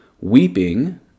weeping